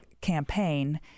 campaign